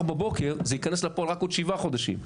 בבוקר זה יכנס לפעול רק עוד שבעה חודשים.